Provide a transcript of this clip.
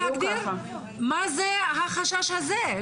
אבל צריך להגדיר מה זה החשש הזה.